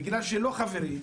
בגלל שאנחנו לא חברים,